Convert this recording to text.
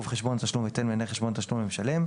חשבון התשלום אצל מנהל חשבון התשלום למשלם,